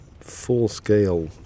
full-scale